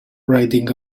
riding